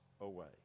away